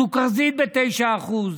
סוכרזית, ב-9%.